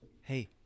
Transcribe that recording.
Hey